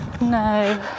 No